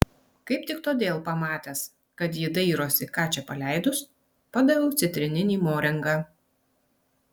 kaip tik todėl pamatęs kad ji dairosi ką čia paleidus padaviau citrininį morengą